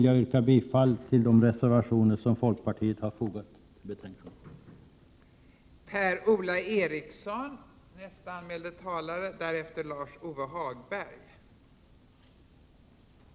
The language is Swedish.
Jag yrkar bifall till de reservationer av folkpartiet som fogats till detta betänkande.